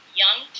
young